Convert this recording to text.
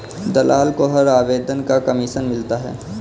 दलाल को हर आवेदन का कमीशन मिलता है